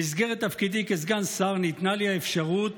במסגרת תפקידי כסגן שר ניתנה לי האפשרות